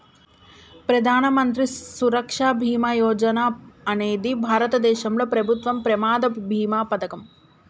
ప్రధాన మంత్రి సురక్ష బీమా యోజన అనేది భారతదేశంలో ప్రభుత్వం ప్రమాద బీమా పథకం